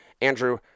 Andrew